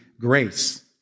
grace